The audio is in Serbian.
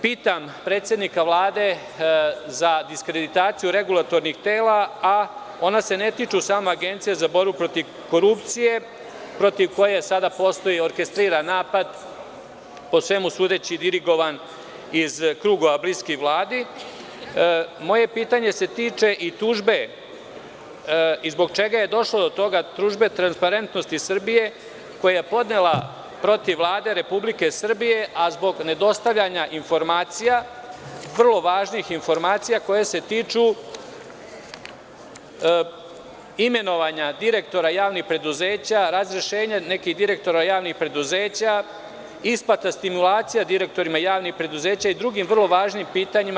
Pitam predsednika Vlade za diskreditaciju regulatornih tela, a ona se ne tiču samo Agencije za borbu protiv korupcije, protiv koje sada postoji orkestriran napad, po svemu sudeći dirigovan, iz krugova bliskih Vladi, pitanje se tiče i tužbe i zbog čega je došlo do toga, „Transparentnosti Srbije“, koju je podnela protiv Vlade Republike Srbije, a zbog ne dostavljanja informacija, vrlo važnih informacija, koje se tiču imenovanja direktora javnih preduzeća, razrešenja nekih direktora javnih preduzeća, isplate stimulacije direktorima javnih preduzeća i drugim vrlo važnim pitanjima…